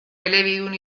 elebidun